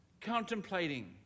contemplating